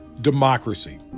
democracy